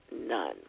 none